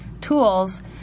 tools